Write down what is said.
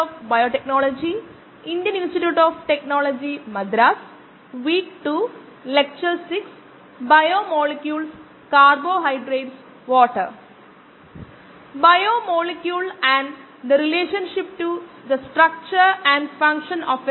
അവസാന പ്രഭാഷണത്തിൽ നമ്മൾ എൻസൈം കയ്നെറ്റിക്സ് പരിശോധിച്ചു മൈക്കിളിസ് മെന്റൻ എൻസൈം കയ്നെറ്റിക്സ് ഉള്ള സമവാക്യം നമ്മൾ ഉണ്ടാക്കി കൂടാതെ നമ്മൾ ഒരു പ്രോബ്ലം ഒരു പ്രാക്ടീസ് പ്രോബ്ലം 2